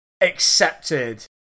accepted